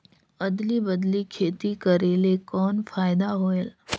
अदली बदली खेती करेले कौन फायदा होयल?